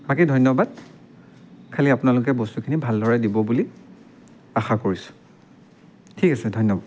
বাকী ধন্যবাদ খালী আপোনালোকে বস্তুখিনি ভালদৰে দিব বুলি আশা কৰিছোঁ ঠিক আছে ধন্যবাদ